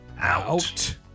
OUT